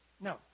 No